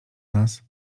nas